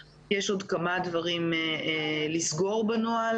יש עוד כמה דברים לסגור בנוהל,